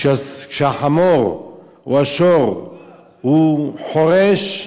כשהחמור או השור חורש,